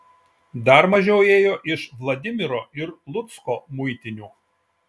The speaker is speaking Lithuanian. dar mažiau ėjo iš vladimiro ir lucko muitinių